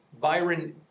Byron